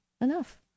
enough